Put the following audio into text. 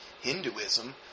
Hinduism